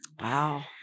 wow